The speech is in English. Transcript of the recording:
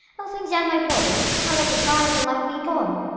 i will fling down my body, and let it lie till life be gone!